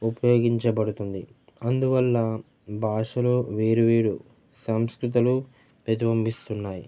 ఉపయోగించబడుతుంది అందువల్ల భాషలో వేరు వేరు సంస్కృతలు ప్రతిబింబిస్తున్నాయి